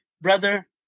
brother